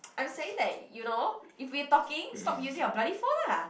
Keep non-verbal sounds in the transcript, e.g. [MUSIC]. [NOISE] I'm saying that you know if we are talking stop using your bloody phone lah